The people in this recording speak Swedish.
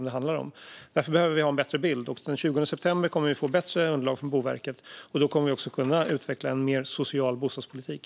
Den 20 september kommer vi att få ett underlag från Boverket och därigenom en bättre bild, och då kommer vi också att kunna utveckla en mer social bostadspolitik.